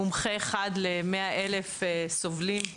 מומחה אחד ל-100,000 סובלים,